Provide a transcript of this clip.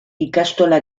ikastola